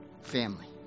family